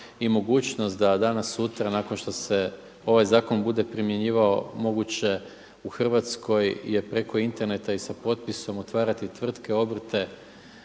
i mogućnost da danas sutra nakon što se ovaj zakon bude primjenjivao moguće u Hrvatskoj je preko interneta i sa potpisom otvarati tvrtke, obrte,